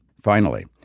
finally,